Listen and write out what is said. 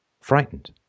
frightened